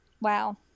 Wow